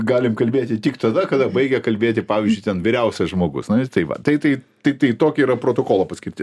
galim kalbėti tik tada kada baigia kalbėti pavyzdžiui ten vyriausias žmogus nu ir tai va tai tai tai tai tokia yra protokolo paskirtis